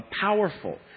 powerful